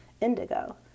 indigo